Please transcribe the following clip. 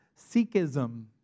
Sikhism